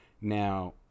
Now